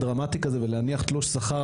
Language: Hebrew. דרמטי כזה ולהניח על השולחן תלוש שכר,